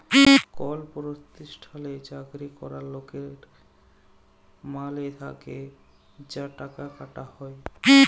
call পরতিষ্ঠালে চাকরি ক্যরা লকের মাইলে থ্যাকে যা টাকা কাটা হ্যয়